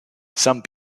some